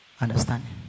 Understanding